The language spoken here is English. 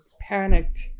panicked